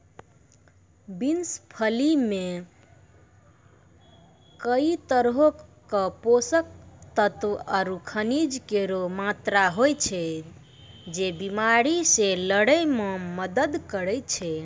beans फली मे कई तरहो क पोषक तत्व आरु खनिज केरो मात्रा होय छै, जे बीमारी से लड़ै म मदद करै छै